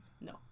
no